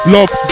Love